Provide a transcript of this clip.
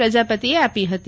પ્રજાપતીએ આપી હતી